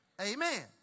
Amen